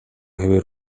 хэвээр